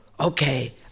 okay